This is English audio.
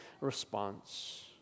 response